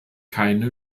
keine